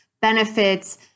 benefits